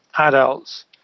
adults